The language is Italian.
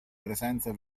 presenza